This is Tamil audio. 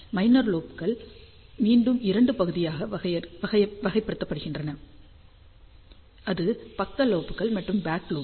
மைனர் லோப்கள் மீண்டும் இரண்டு பகுதிகளாக வகைப்படுத்தப்படுகின்றன அது பக்க லோப்கள் மற்றும் பேக் லோப்